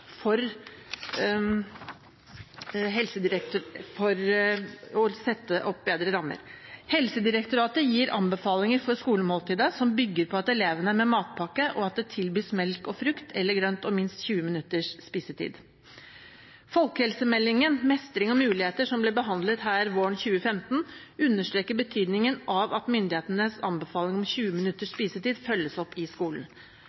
for å sette opp bedre rammer. Helsedirektoratet gir anbefalinger for skolemåltidet som bygger på at elevene har med matpakke, at det tilbys melk og frukt eller grønt, og at det er minst 20 minutters spisetid. Folkehelsemeldingen – Mestring og muligheter – som ble behandlet her våren 2015, understreker betydningen av at myndighetenes anbefalinger om 20 minutters spisetid følges opp i skolen.